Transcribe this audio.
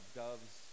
doves